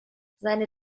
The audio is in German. seine